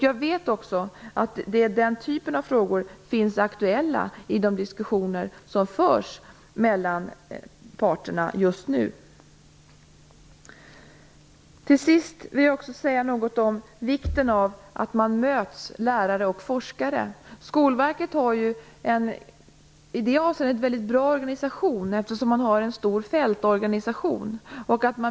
Jag vet också att den typen av frågor är aktuella i de diskussioner som förs mellan parterna just nu. Slutligen vill jag också säga något om vikten av att lärare och forskare möts. Skolverket har ju en i det avseendet väldigt bra organisation, eftersom man har en stor fältorganisation.